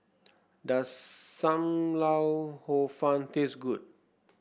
does Sam Lau Hor Fun taste good